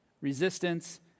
resistance